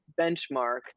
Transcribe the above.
benchmark